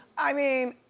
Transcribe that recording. i mean,